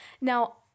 now